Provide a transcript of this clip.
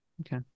Okay